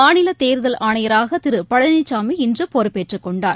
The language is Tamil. மாநிலதேர்தல் ஆணையராகதிருபழனிசாமி இன்றுபொறுப்பேற்றுக் கொண்டார்